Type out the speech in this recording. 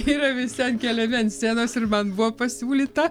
yra visi ankeliami ant scenos ir man buvo pasiūlyta